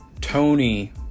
Tony